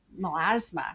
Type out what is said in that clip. melasma